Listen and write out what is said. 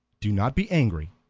do not be angry.